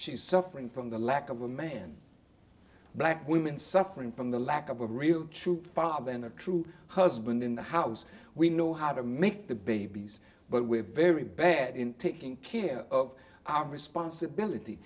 is suffering from the lack of a man black women suffering from the lack of a real true father and a true husband in the house we know how to make the babies but we're very bad in taking care of our responsibility